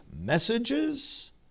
Messages